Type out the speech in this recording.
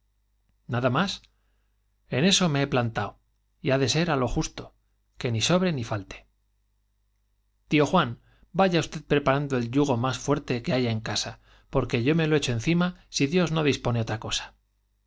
nada más á lo justo en eso me jle plantao y ha de ser falte que ni sobre ni tío juan vaya usted preparando el yugo más encima fuerte que haya en casa porque yo me lo echo si dios no dispone otra cosa